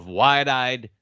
wide-eyed